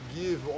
give